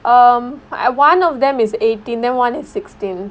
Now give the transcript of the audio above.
um one of them is eighteen then one is sixteen